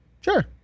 Sure